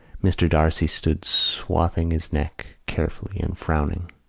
mr. d'arcy stood swathing his neck carefully and frowning.